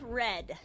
red